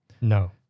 No